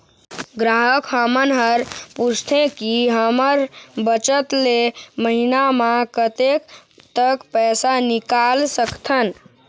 ग्राहक हमन हर पूछथें की हमर बचत ले महीना मा कतेक तक पैसा निकाल सकथन?